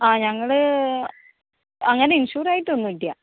ആ ഞങ്ങള് അങ്ങനെ ഇൻഷൂറായ്റ്റൊന്നുമില്ല